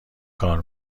کار